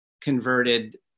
converted